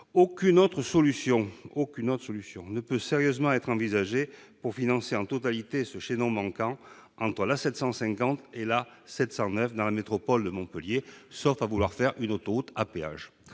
Aucune autre solution ne peut être sérieusement envisagée pour financer en totalité ce chaînon manquant entre l'A 750 et l'A 709 dans la métropole de Montpellier, sauf à créer une autoroute à péage,